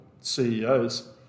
CEOs